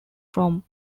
from